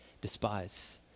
despise